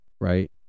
right